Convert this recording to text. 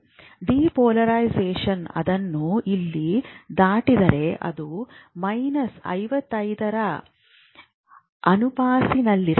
depolarisation ಅದನ್ನು ಇಲ್ಲಿ ದಾಟಿದರೆ ಅದು ಮೈನಸ್ 55 ರ ಆಸುಪಾಸಿನಲ್ಲಿರಬಹುದು